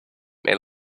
may